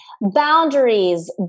Boundaries